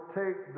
take